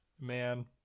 Man